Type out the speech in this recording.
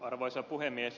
arvoisa puhemies